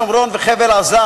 שומרון וחבל-עזה,